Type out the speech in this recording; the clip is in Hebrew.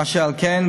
אשר על כן,